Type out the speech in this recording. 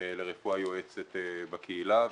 לרפואה יועצת בקהילה,